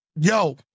yo